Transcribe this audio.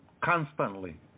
constantly